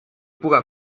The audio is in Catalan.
puga